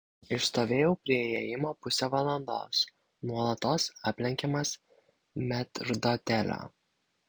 išstovėjau prie įėjimo pusę valandos nuolatos aplenkiamas metrdotelio